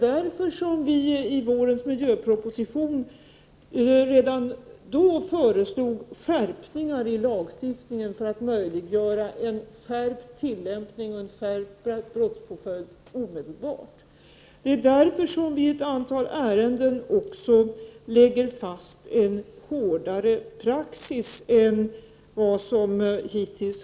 Därför har vi redan i vårens miljöproposition föreslagit skärpningar i lagstiftningen. Vi har därmed velat möjliggöra en skärpt tillämpning av lagen och en strängare brottspåföljd omedelbart. Det är också därför som vi i ett antal ärenden lägger fast en hårdare praxis än som hittills har varit fallet.